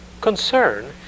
concern